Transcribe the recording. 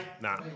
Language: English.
Nah